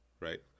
right